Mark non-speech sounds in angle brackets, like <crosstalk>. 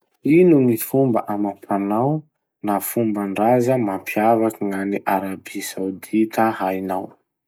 Ino gny fomba amam-panao na fomban-draza mampiavaky gn'any Arabi Saodita hainao? <noise>